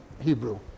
Hebrew